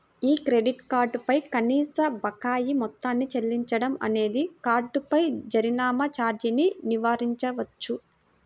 మీ credit card పై కనీస బకాయి మొత్తాన్ని చెల్లించడం అనేది కార్డుపై జరిమానా ఛార్జీని నివారించవచ్చు